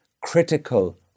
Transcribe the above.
critical